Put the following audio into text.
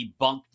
debunked